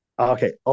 Okay